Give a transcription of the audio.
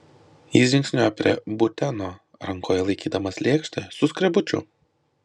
jis žingsniuoja prie buteno rankoje laikydamas lėkštę su skrebučiu